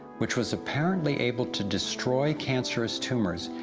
which was apparently able to destroy cancerous tumors,